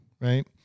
Right